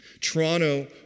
Toronto